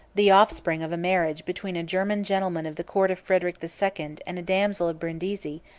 the offspring of a marriage between a german gentleman of the court of frederic the second and a damsel of brindisi,